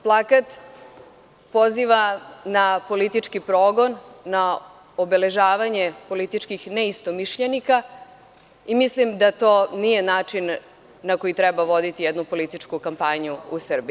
Plakat poziva na politički progon, na obeležavanje političkih neistomišljenika i mislim da to nije način na koji treba voditi jednu političku kampanju u Srbiji.